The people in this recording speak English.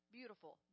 Beautiful